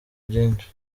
byinshi